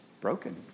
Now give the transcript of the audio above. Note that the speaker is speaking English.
broken